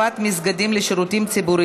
שירות מקוון ללקוח),